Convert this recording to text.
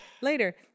later